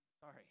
Sorry